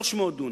300 דונם.